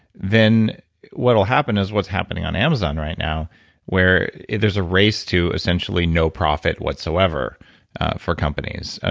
then what'll happen is what's happening on amazon right now where there's a race to essentially no profit whatsoever for companies. ah